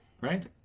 right